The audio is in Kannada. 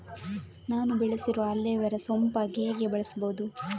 ನಾನು ಬೆಳೆಸಿರುವ ಅಲೋವೆರಾ ಸೋಂಪಾಗಿ ಹೇಗೆ ಬೆಳೆಸಬಹುದು?